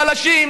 חלשים,